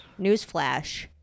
newsflash